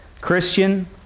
Christian